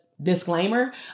Disclaimer